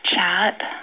Chat